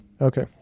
Okay